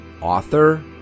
Author